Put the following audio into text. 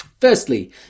Firstly